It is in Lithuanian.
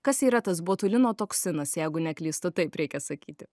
kas yra tas botulino toksinas jeigu neklystu taip reikia sakyti